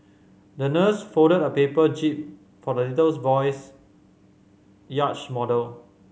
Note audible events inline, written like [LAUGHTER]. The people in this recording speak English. the nurse folded a paper jib for the little [UNINTELLIGIBLE] boy's yacht model